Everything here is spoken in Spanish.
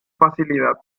facilidad